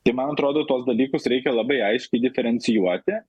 tai man atrodo tuos dalykus reikia labai aiškiai diferencijuoti